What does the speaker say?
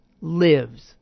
lives